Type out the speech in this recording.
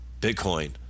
Bitcoin